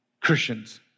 Christians